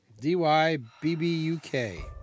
D-Y-B-B-U-K